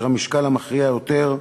כאשר המשקל המכריע יותר,